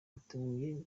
biteguye